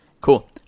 cool